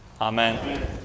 Amen